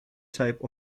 type